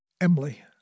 Emily